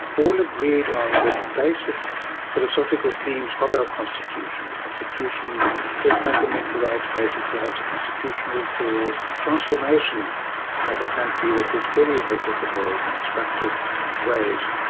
all agreed on the basic philosophical themes of our constitution, a constitution for fundamental rights, basic rights, a constitution for transformation of a country that was very inequitable in structured ways.